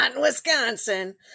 Wisconsin